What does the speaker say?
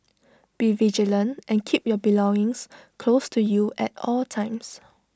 be vigilant and keep your belongings close to you at all times